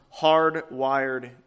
hardwired